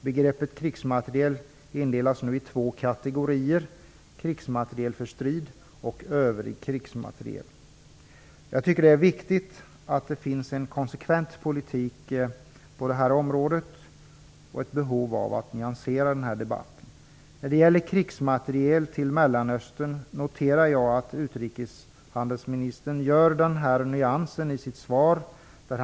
Begreppet krigsmateriel indelas nu i två kategorier, nämligen krigsmateriel för strid och övrig krigsmateriel. Det är viktigt med konsekvens i politiken på detta område, och det finns ett behov av att nyansera denna debatt. Jag noterar att utrikeshandelsministern gör denna nyans i sitt svar angående krigsmateriel till Mellanöstern.